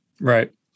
Right